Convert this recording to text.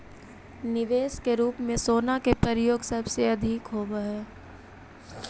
निवेश के रूप में सोना के प्रयोग सबसे अधिक होवऽ हई